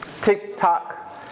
TikTok